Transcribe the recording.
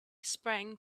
sprang